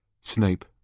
Snape